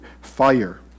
fire